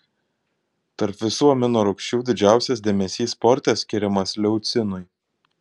tarp visų amino rūgščių didžiausias dėmesys sporte skiriamas leucinui